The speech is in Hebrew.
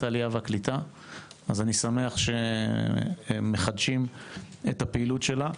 אני שמח שמחדשים את הפעילות שלה.